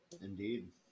indeed